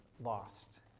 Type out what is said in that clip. Lost